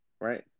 right